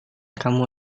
kamu